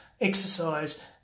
exercise